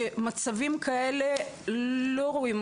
שמצבים כאלה לא רואים,